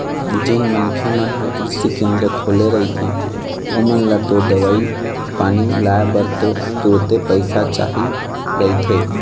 जेन मनखे मन ह कृषि केंद्र खोले रहिथे ओमन ल तो दवई पानी लाय बर तो तुरते पइसा चाही रहिथे